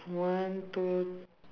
one two